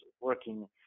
working